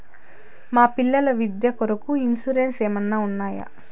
మా పిల్లల విద్య కొరకు ఇన్సూరెన్సు ఏమన్నా ఉన్నాయా?